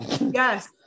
yes